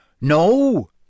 No